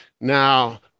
now